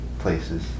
places